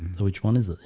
which one is